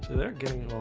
they're getting